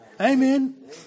Amen